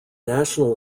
national